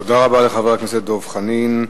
תודה רבה לחבר הכנסת דב חנין.